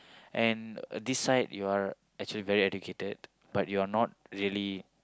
and this side you are actually very educated but you are not really